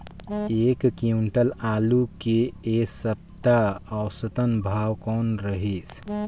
एक क्विंटल आलू के ऐ सप्ता औसतन भाव कौन रहिस?